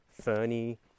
ferny